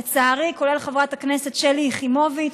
לצערי, כולל חברת הכנסת שלי יחימוביץ,